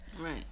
Right